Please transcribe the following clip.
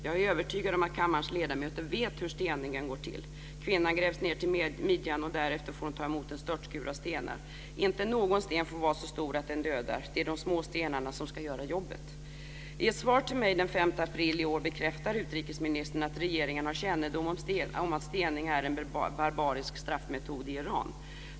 Jag är övertygad om att kammarens ledamöter vet hur steningen går till, kvinnan grävs ner till midjan och därefter får hon ta emot en störtskur av stenar. Inte någon sten får vara så stor att den dödar, det är de små stenarna som ska göra jobbet. I ett svar till mig den 5 april i år bekräftar utrikesministern att regeringen har kännedom om att stening är en barbarisk straffmetod i Iran.